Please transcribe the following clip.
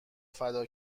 فدا